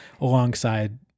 alongside